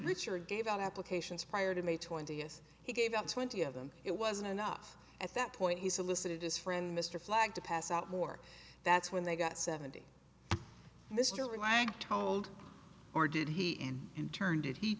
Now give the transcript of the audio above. richard gave out applications prior to may twenty s he gave up twenty of them it wasn't enough at that point he solicited his friend mr flagg to pass out more that's when they got seventy mr lang told or did he and in turn did he